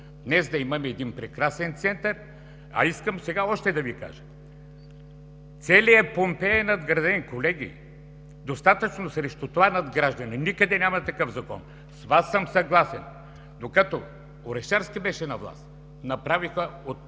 днес да имаме един прекрасен център. Искам сега още нещо да Ви кажа: целият Помпей е надграден, колеги! Достатъчно срещу това надграждане – никъде няма такъв закон. С Вас съм съгласен. Докато Орешарски беше на власт, направиха от